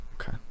Okay